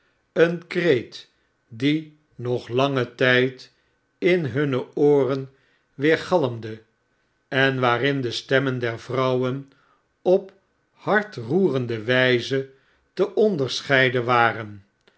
een kreet die nog langen tyd in hunne ooren weergalmde en waarinde stemmen der vrouwen op hartroerende wyze te onderscheiden waren